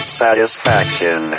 satisfaction